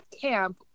camp